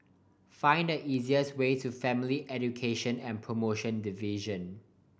find the easiest way to Family Education and Promotion Division